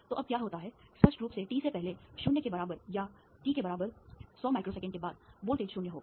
तो अब क्या होता है स्पष्ट रूप से t से पहले 0 के बराबर या t 100 माइक्रोसेकंड के बाद वोल्टेज 0 होगा